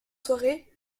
soirée